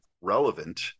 relevant